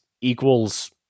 equals